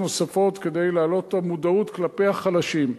נוספות כדי להעלות את המודעות כלפי החלשים.